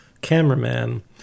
cameraman